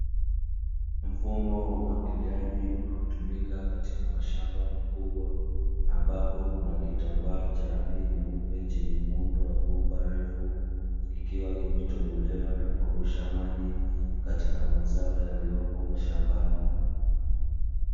Mfumo wa umwagiliaji unaotumika katika mashamba makubwa, ambapo kuna kitambaa cha rangi nyeupe chenye muundo wa bomba refu likiwa limetobolewa nakurusha maji katika mazao yaliyopo mashambani.